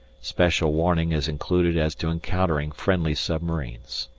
special warning is included as to encountering friendly submarines.